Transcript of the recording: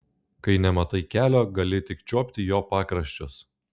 kai nematai kelio gali tik čiuopti jo pakraščius